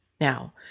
Now